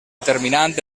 determinant